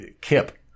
Kip